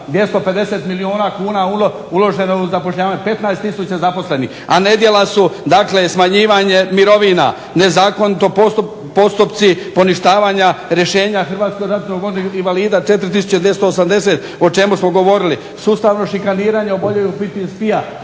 250 milijuna kuna uloženo je u zapošljavanje, 15 tisuća zaposlenih. A nedjela su smanjivanje mirovina, nezakoniti postupci poništavanja rješenja hrvatskog ratnog vojnog invalida 4 tisuća 280 o čemu smo govorili, sustavno šikaniranje oboljelih od